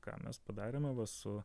ką mes padarėme va su